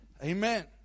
Amen